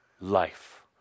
life